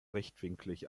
rechtwinklig